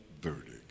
verdict